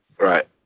right